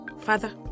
Father